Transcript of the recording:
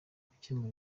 gukemura